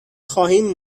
خواهیم